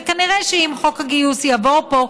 וכנראה שאם חוק הגיוס יבוא לפה,